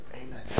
amen